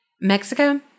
Mexico